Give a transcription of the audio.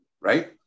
right